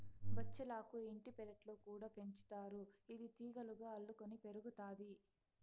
బచ్చలాకు ఇంటి పెరట్లో కూడా పెంచుతారు, ఇది తీగలుగా అల్లుకొని పెరుగుతాది